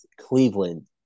Cleveland